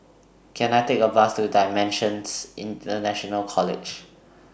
Can I Take A Bus to DImensions International College